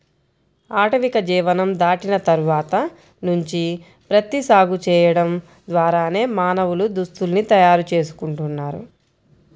ఆటవిక జీవనం దాటిన తర్వాత నుంచి ప్రత్తి సాగు చేయడం ద్వారానే మానవులు దుస్తుల్ని తయారు చేసుకుంటున్నారు